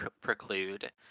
preclude